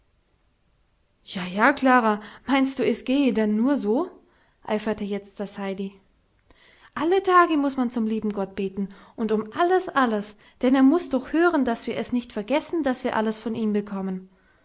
ja ja klara meinst du es gehe dann nur so eiferte jetzt das heidi alle tage muß man zum lieben gott beten und um alles alles denn er muß doch hören daß wir es nicht vergessen daß wir alles von ihm bekommen